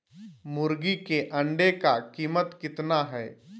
मुर्गी के अंडे का कीमत कितना है?